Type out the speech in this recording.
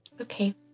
Okay